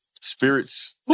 Spirits